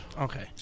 Okay